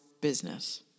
business